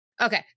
Okay